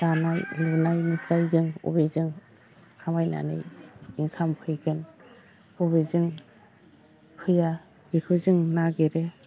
दानाय लुनायनिफ्राय जों बबेजों खामायनानै इनकाम फैगोन बबेजों फैया बेखौ जों नागिरो